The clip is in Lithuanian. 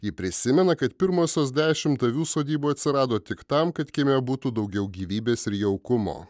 ji prisimena kad pirmosios dešimt avių sodyboje atsirado tik tam kad kieme būtų daugiau gyvybės ir jaukumo